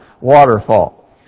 waterfall